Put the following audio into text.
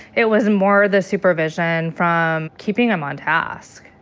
it was more the supervision from keeping him on task.